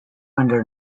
under